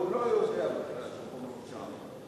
הוא עוד לא יודע בכלל שהחומר שם.